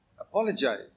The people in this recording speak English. apologize